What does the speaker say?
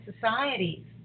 societies